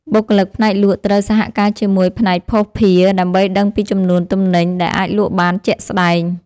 បុគ្គលិកផ្នែកលក់ត្រូវសហការជាមួយផ្នែកភស្តុភារ ដើម្បីដឹងពីចំនួនទំនិញដែលអាចលក់បានជាក់ស្តែង។